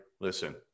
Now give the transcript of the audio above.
Listen